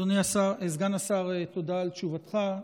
אדוני סגן השר, תודה על תשובתך.